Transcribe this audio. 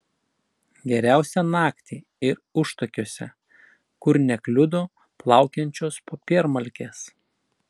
geriausia naktį ir užtakiuose kur nekliudo plaukiančios popiermalkės